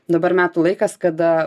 dabar metų laikas kada